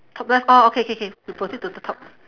top left oh okay K K you proceed to the top